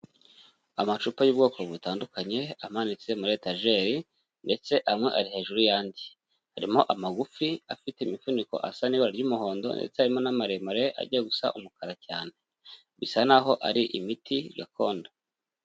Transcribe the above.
Amacupa y'ubwoko butandukanye amanitse muri etajeri ndetse amwe ari hejuru y'andi, harimo amagufi afite imifuniko asa n'ibara ry'umuhondo ndetse harimo n'amaremare ajya gusa umukara cyane, bisa n'aho ari imiti gakondo.